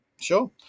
Sure